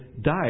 died